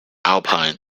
alpine